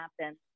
happen